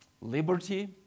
liberty